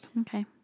Okay